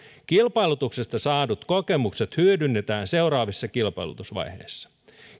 kilpailutuksesta saadut kokemukset hyödynnetään seuraavissa kilpailutusvaiheissa